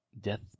Death